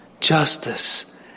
justice